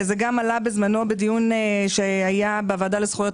זה גם עלה בזמנו בדיון שהיה בוועדה לזכויות